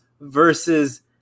versus